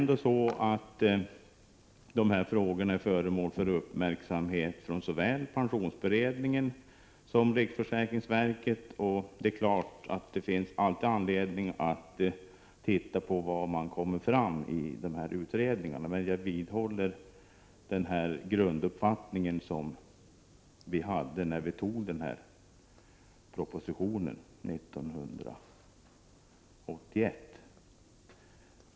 De här frågorna är ju föremål för uppmärksamhet från såväl pensionsberedningen som riksförsäkringsverket, och det finns naturligtvis alltid anledning att titta på vad som kommer fram i dessa utredningar. Jag vidhåller emellertid den grunduppfattning som vi hade då vi antog propositionens förslag 1981.